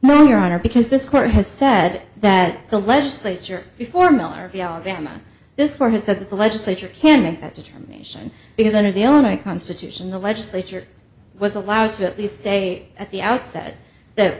no your honor because this court has said that the legislature before miller of the alabama this war has said that the legislature can make that determination because under the only constitution the legislature was allowed to at least say at the outset that